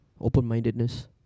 open-mindedness